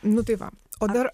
nu tai va o dar